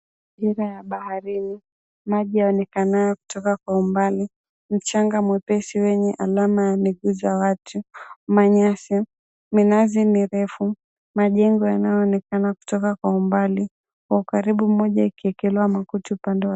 Mazingira ya baharini maji yaonekanayo kutoka mbali, mchanga mwepesi wenye alama ya miguu za watu, mnanyasi, minazi mirefu, majengo yanayoonekana kutoka kwa umbali, kwa ukaribu kuna jengo moja lilikekelewa makuti upande wa juu.